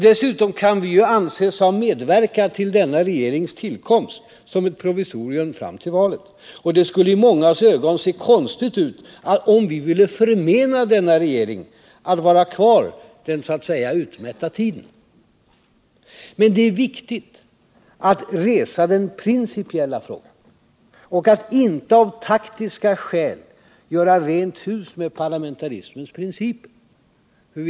Dessutom kan vi ju anses ha medverkat till denna regerings tillkomst som ett provisorium fram till valet. Och det skulle i mångas ögon se konstigt ut om vi ville förmena den att vara kvar den utmätta tiden. Men det är viktigt att resa den principiella frågan och att inte av taktiska skäl göra rent hus med parlamentarismens principer.